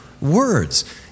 words